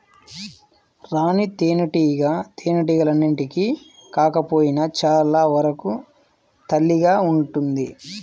రాణి తేనెటీగ తేనెటీగలన్నింటికి కాకపోయినా చాలా వరకు తల్లిగా ఉంటుంది